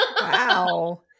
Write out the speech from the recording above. Wow